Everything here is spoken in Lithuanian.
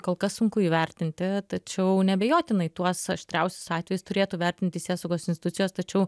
kol kas sunku įvertinti tačiau neabejotinai tuos aštriausius atvejus turėtų vertinti teisėsaugos institucijos tačiau